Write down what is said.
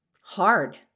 hard